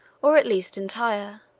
or at least entire